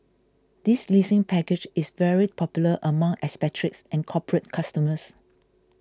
this leasing package is very popular among expatriates and corporate customers